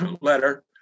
letter